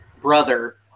brother